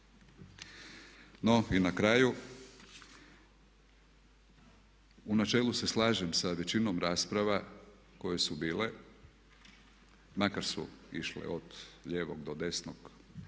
No i na kraju u načelu se slažem sa većinom rasprava koje su bile makar su išle od lijevog do desnog,